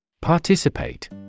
Participate